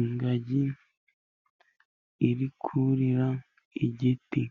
Ingagi iri kurira igiti.